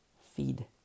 feed